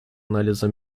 анализа